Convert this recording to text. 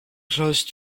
close